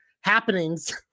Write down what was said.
happenings